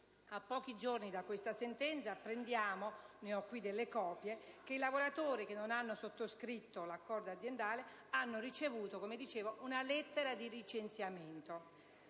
A pochi giorni da questa sentenza apprendiamo - ne ho qui la copia - che i lavoratori che non hanno sottoscritto l'accordo aziendale hanno ricevuto una lettera di licenziamento.